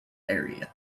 area